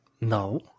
No